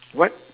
what